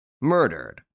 Murdered